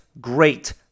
Great